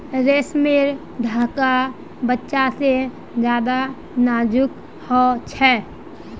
रेसमर धागा बच्चा से ज्यादा नाजुक हो छे